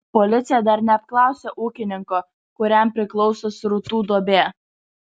policija dar neapklausė ūkininko kuriam priklauso srutų duobė